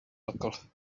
buckle